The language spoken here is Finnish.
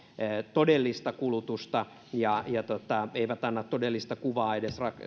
todellista kulutusta ja eivät edes anna todellista kuvaa